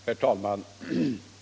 Herr talman!